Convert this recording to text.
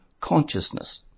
consciousness